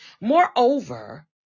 Moreover